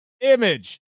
image